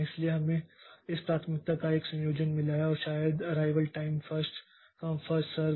इसलिए हमें इस प्राथमिकता का एक संयोजन मिला है और शायद arrival time first come first सर्व